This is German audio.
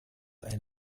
ein